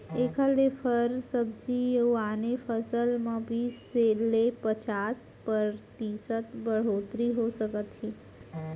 एखर ले फर, सब्जी अउ आने फसल म बीस ले पचास परतिसत बड़होत्तरी हो सकथे